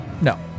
No